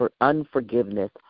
unforgiveness